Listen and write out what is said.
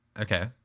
Okay